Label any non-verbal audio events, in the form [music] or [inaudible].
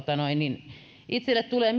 itselle tulee [unintelligible]